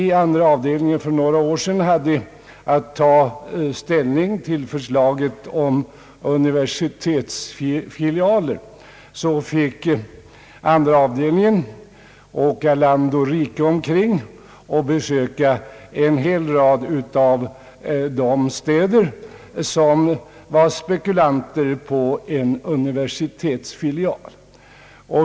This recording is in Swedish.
När andra avdelningen i statsutskottet för några år sedan hade att ta ställning till förslaget om universitetsfilia ler fick vi i avdelningen åka land och rike omkring och besöka en hel rad av de städer som var spekulanter på en universitetsfilial.